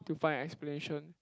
to find explanation